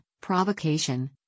Provocation